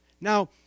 Now